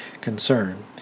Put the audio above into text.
concern